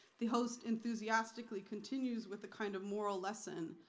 the host enthusiastically continues with a kind of moral lesson,